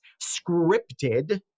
scripted